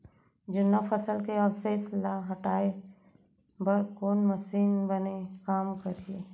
जुन्ना फसल के अवशेष ला हटाए बर कोन मशीन बने काम करही?